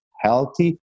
healthy